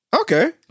Okay